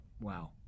Wow